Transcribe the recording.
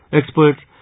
experts